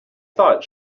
thought